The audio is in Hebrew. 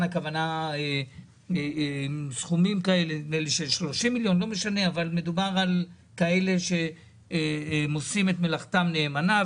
שעושה את מלאכתו נאמנה,